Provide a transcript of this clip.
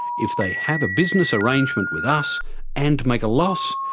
if they have a business arrangement with us and make a loss,